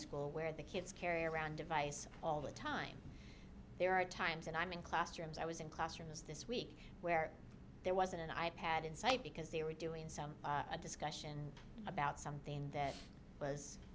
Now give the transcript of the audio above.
school where the kids carry around device all the time there are times when i'm in classrooms i was in classrooms this week where there was an i pad inside because they were doing some discussion about something that was